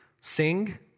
Sing